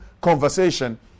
conversation